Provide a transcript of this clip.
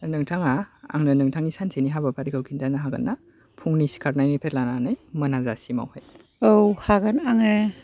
नोंथाङा आंनो नोंथांनि सानसेनि हाबाफारिखौ खिनथानो हागोन ना फुंनि सिखारनायनिफ्राय लानानै मोनाजासिम आवहाय औ हागोन आङो